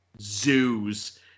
zoos